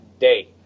day